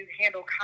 handle